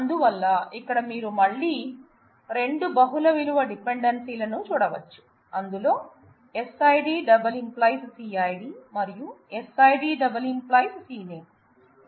అందువల్ల ఇక్కడ మీరు మళ్లీ 2 బహుళ విలువ డిపెండెన్సీలను చూడవచ్చు ఇందులో SID →→ CID మరియు SID →→ Cname